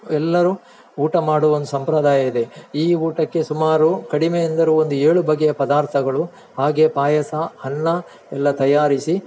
ಎಲ್ಲರೂ ಊಟ ಮಾಡುವ ಒಂದು ಸಂಪ್ರದಾಯ ಇದೆ ಈ ಊಟಕ್ಕೆ ಸುಮಾರು ಕಡಿಮೆ ಎಂದರೂ ಒಂದು ಏಳು ಬಗೆಯ ಪದಾರ್ಥಗಳು ಹಾಗೇ ಪಾಯಸ ಅನ್ನ ಎಲ್ಲ ತಯಾರಿಸಿ